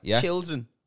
Children